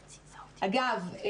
אגב,